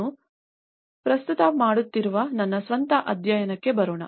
ನಾನು ಪ್ರಸ್ತುತ ಮಾಡುತ್ತಿರುವ ನನ್ನ ಸ್ವಂತ ಅಧ್ಯಯನಕ್ಕೆ ಬರೋಣ